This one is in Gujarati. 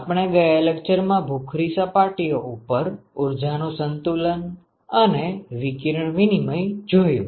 આપણે ગયા લેક્ચર માં ભૂખરી સપાટીઓ ઉપર ઉર્જા નું સંતુલન અને વિકિરણ વિનિમય જોયું